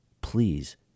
please